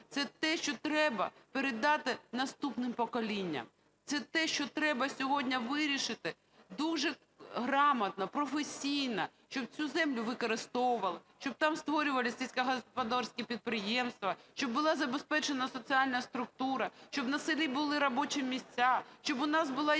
це те, що треба передати наступним поколінням. Це те, що треба сьогодні вирішити дуже грамотно, професійно, щоб цю землю використовували, щоб там створювали сільськогосподарські підприємства, щоб була забезпечена соціальна структура, щоб на селі були робочі місця, щоб у нас була якісна